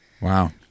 wow